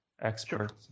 expert